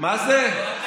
מה זה?